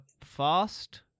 fast